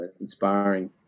inspiring